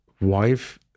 wife